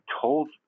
told